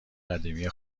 قدیمی